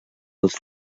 els